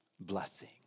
blessing